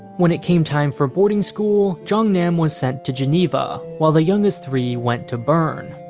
when it came time for boarding school, jong-nam was sent to geneva, while the youngest three went to bern.